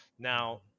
Now